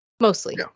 mostly